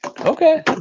Okay